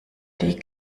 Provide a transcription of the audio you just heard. die